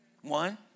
One